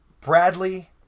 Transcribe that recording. Bradley